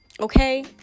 Okay